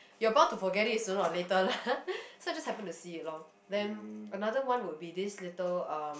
you're bound to forget it sooner or later lah so I just happen to see it lorh then another one would be this little um